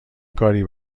کاری